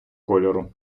кольору